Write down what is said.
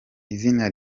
izina